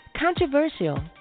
Controversial